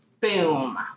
Boom